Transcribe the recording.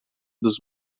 dos